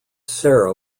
sara